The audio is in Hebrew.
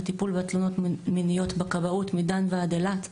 הטיפול בתלונות מיניות בכבאות מדן ועד אילת,